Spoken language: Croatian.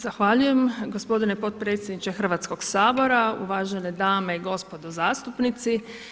Zahvaljujem gospodine potpredsjedniče Hrvatskoga sabora, uvažene dame i gospodo zastupnici.